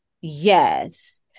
Yes